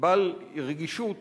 בעל רגישות